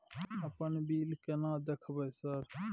अपन बिल केना देखबय सर?